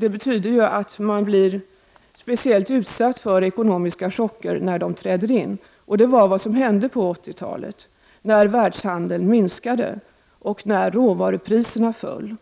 Det betyder att man blir speciellt utsatt för ekonomiska chocker när de uppstår, vilket var vad som hände på 80-talet när världshandeln minskade och råvarupriserna föll.